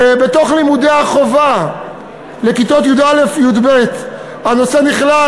בתוך לימודי החובה של כיתות י"א-י"ב הנושא נכלל